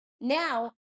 now